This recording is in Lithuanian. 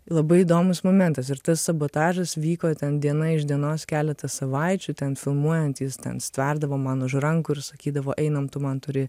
labai įdomus momentas ir tas sabotažas vyko ten diena iš dienos keletą savaičių ten filmuojantys ten stverdavo man už rankų ir sakydavo einam tu man turi